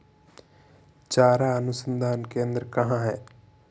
चारा अनुसंधान केंद्र कहाँ है?